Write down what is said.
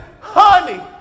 honey